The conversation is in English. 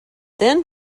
then